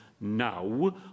now